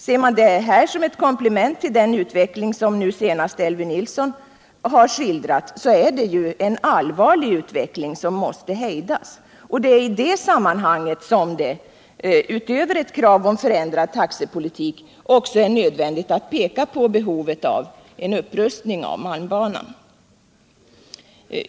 Ser man detta som ett komplement till den utveckling som nu senast Elvy Nilsson har skildrat är det en allvarlig utveckling som måste hejdas. Det är i det sammanhanget som det — utöver kravet på en ändrad taxepolitik — också är nödvändigt att peka på behovet av upprustning av malmbanan.